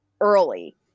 early